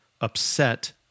upset